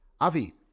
Avi